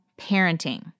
Parenting